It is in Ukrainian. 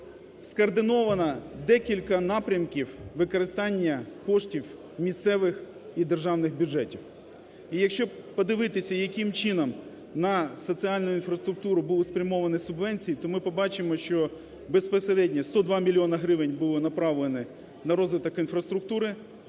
Скоординовано декілька напрямків використання коштів місцевих і державних бюджетів. І якщо подивитися, яким чином на соціальну інфраструктуру були спрямовані субвенції, то ми побачимо, що безпосередньо 102 мільйона гривень були направлені на розвиток інфраструктури,